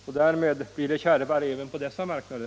Och därmed blir det kärvare för vår stålexport även på dessa marknader.